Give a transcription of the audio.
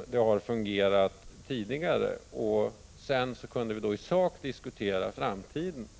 tid får det fungera som tidigare. Sedan kunde vi då sakligt diskutera framtiden.